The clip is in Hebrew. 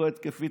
לא התקפית,